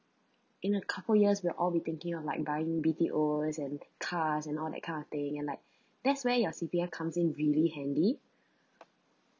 in a couple years we all be thinking of like buying B_T_Os and cars and all that kind of thing and like that's where your C_P_F comes in really handy